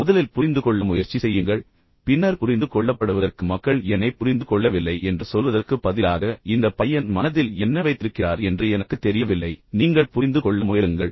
முதலில் புரிந்துகொள்ள முயற்சி செய்யுங்கள் பின்னர் புரிந்து கொள்ளப்படுவதற்கு மக்கள் என்னைப் புரிந்து கொள்ளவில்லை என்று சொல்வதற்குப் பதிலாக இந்த பையன் மனதில் என்ன வைத்திருக்கிறார் என்று எனக்குத் தெரியவில்லை நீங்கள் புரிந்து கொள்ள முயலுங்கள்